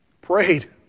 Prayed